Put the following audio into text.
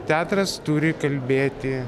teatras turi kalbėti